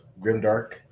Grimdark